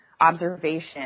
observation